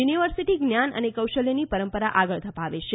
university જ્ઞાન અને કૌશલ્યની પરંપરા આગળ ધપાવે છે